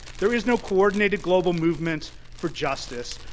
there is no coordinated global movement for justice.